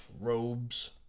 robes